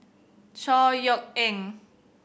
Chor Yeok Eng